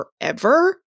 forever